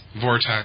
vortex